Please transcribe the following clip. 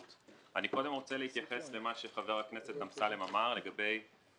רוצה להתייחס למה שחבר הכנסת אמסלם אמר לגבי